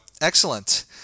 excellent